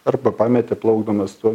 arba pametė plaukdamas tuo